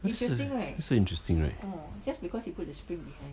wh~ s~ interes~ interesting right